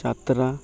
ଯାତ୍ରା